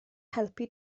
helpu